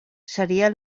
seria